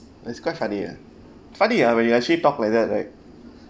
it's quite funny ah funny ah when you actually talk like that right